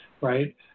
right